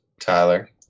Tyler